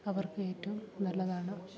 അവർക്ക് ഏറ്റവും നല്ലതാണ്